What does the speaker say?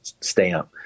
stamp